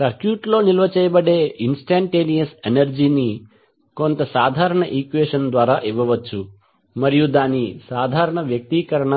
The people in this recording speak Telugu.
సర్క్యూట్లో నిల్వ చేయబడే ఇన్స్టంటేనియస్ ఎనర్జీ ని కొంత సాధారణ ఈక్వెషన్ ద్వారా ఇవ్వవచ్చు మరియు దాని సాధారణ వ్యక్తీకరణ